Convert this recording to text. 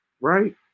Right